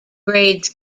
grades